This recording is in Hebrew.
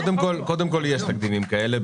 קודם כל, יש דברים כאלה.